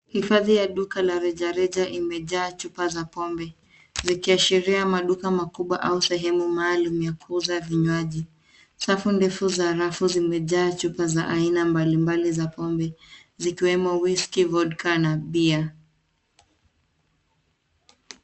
Hifadhi ya duka la rejareja imejaa chupa za pombe zikiashiria maduka makubwa au sehemu maalum ya kuuza vinywaji. Safu ndefu za rafuu zimejaa chupa za aina mbalimbali za pombe zikiwemo Whisky, vodka na beer .